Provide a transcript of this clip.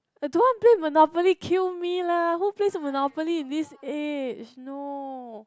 I don't want play Monopoly kill me lah who plays Monopoly in this age no